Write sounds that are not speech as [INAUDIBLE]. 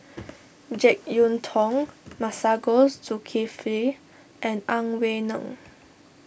[NOISE] Jek Yeun Thong Masagos Zulkifli and Ang Wei Neng